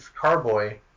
carboy